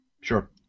Sure